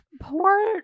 poor